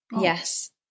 Yes